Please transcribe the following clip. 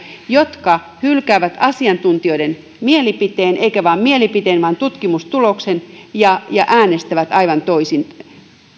jotka hylkäävät asiantuntijoiden mielipiteen eivätkä vain mielipidettä vaan tutkimustuloksen ja ja äänestävät aivan toisin